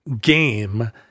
game